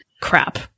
crap